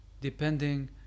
depending